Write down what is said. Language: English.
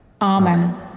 Amen